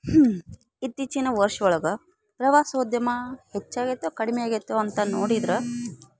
ಇತ್ತೀಚಿನ ವರ್ಷ ಒಳಗೆ ಪ್ರವಾಸೋದ್ಯಮ ಹೆಚ್ಚಾಗೈತೊ ಕಡಿಮೆಯಾಗೈತೊ ಅಂತ ನೋಡಿದ್ರ